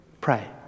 pray